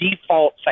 default